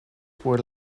were